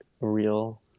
real